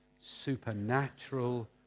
Supernatural